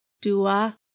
dua